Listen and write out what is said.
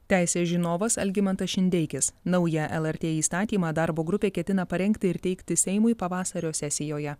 teisės žinovas algimantas šindeikis naują lrt įstatymą darbo grupė ketina parengti ir teikti seimui pavasario sesijoje